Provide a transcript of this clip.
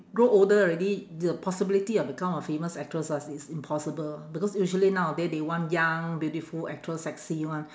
grow older already the possibility of become a famous actress ah it's impossible because usually nowaday they want young beautiful actress sexy one